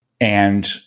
And-